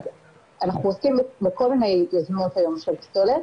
אנחנו עוסקים בכל מיני יוזמות בנושא פסולת